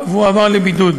והוא הועבר לבידוד.